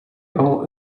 all